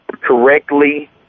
correctly